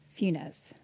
Funes